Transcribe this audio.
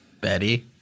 Betty